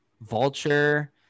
Vulture